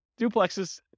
duplexes